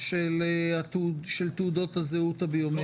של תעודות הזהות הביומטריות.